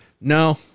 No